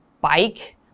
bike